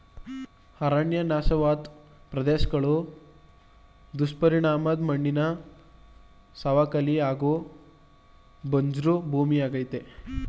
ಅರಣ್ಯ ನಾಶವಾದ್ ಪ್ರದೇಶ್ಗಳು ದುಷ್ಪರಿಣಾಮದ್ ಮಣ್ಣಿನ ಸವಕಳಿ ಹಾಗೂ ಬಂಜ್ರು ಭೂಮಿಯಾಗ್ತದೆ